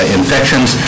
infections